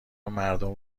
مردم